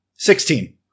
Sixteen